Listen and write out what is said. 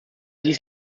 dies